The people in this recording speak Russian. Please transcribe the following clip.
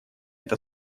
это